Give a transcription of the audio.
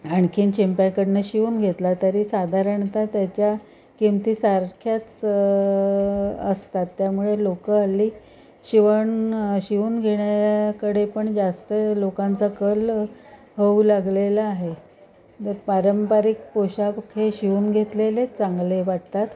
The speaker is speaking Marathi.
आणखी शिंप्याकडून शिवून घेतला तरी साधारणतः त्याच्या किमती सारख्याच असतात त्यामुळे लोक हल्ली शिवण शिवून घेण्याकडे पण जास्त लोकांचा कल होऊ लागलेला आहे तर पारंपरिक पोशाख हे शिवून घेतलेलेच चांगले वाटतात